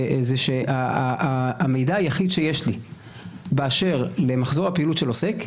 זה שהמידע היחיד שיש לי באשר למחזור הפעילות של עוסק,